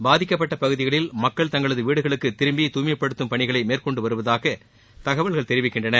பாதிக்கப்பட்ட பகுதிகளில் மக்கள் தங்களது வீடுகளுக்கு திரும்பி தூய்மைப்படுத்தும் பணிகளை மேற்கொண்டு வருவதாக தகவல்கள் தெரிவிக்கின்றன